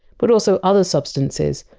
but also other substances,